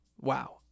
Wow